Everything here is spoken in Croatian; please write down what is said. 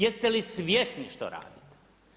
Jeste li svjesni što radite?